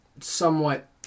somewhat